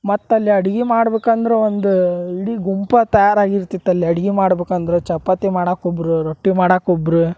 ಮತ್ತೆ ಅಲ್ಲಿ ಅಡ್ಗಿ ಮಾಡ್ಬೇಕಂದ್ರ ಒಂದ ಇಡೀ ಗುಂಪಾ ತಯಾರಾಗಿರ್ತಿತ ಅಲ್ಲಿ ಅಡ್ಗಿ ಮಾಡ್ಬೇಕಂದ್ರ ಚಪಾತಿ ಮಾಡಾಕ ಒಬ್ಬರ ರೊಟ್ಟಿ ಮಾಡಾಕ ಒಬ್ಬರ